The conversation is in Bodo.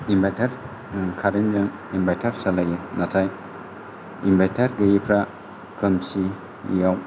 इनभार्तार कारेन्त जों इनभार्तार सालायो नाथाय इनभार्तार गैयिफ्रा खोमसियाव